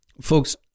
Folks